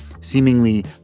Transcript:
seemingly